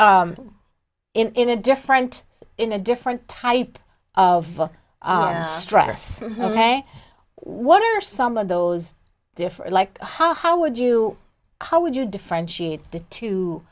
ok in a different in a different type of stress ok what are some of those different like how how would you how would you differentiate t